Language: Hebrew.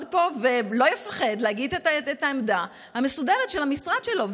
פה ולא יפחד להגיד את העמדה המסודרת של המשרד שלו.